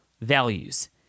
values